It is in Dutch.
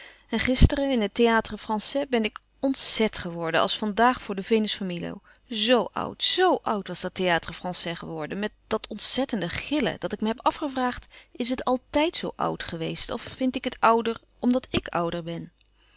en gisteren in het théâtre français ben ik ontzet geworden als van daag voor de venus van milo zoo oud zoo oud was dat théâtre français geworden met dat ontzettende gillen dat ik me heb afgevraagd is het àltijd zoo oud geweest of vind ik het ouder omdat ik ouder ben